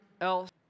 else